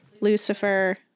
Lucifer